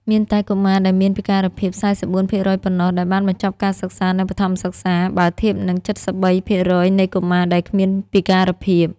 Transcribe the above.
មានតែកុមារដែលមានពិការភាព ៤៤ ភាគរយប៉ុណ្ណោះដែលបានបញ្ចប់ការសិក្សានៅបឋមសិក្សា បើធៀបនឹង ៧៣ ភាគរយនៃកុមារដែលគ្មានពិការភាព។